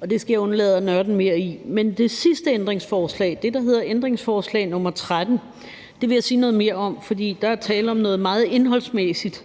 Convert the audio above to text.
og det skal jeg undlade at nørde mere i. Men det sidste ændringsforslag – det, der hedder ændringsforslag nr. 13 – vil jeg sige noget mere om, for der er tale om noget meget indholdsmæssigt.